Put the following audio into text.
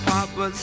Papa